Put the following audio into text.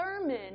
sermon